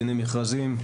דיני מכרזים,